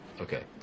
Okay